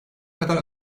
kadar